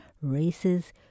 races